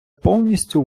повністю